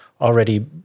already